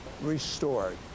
restored